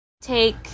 take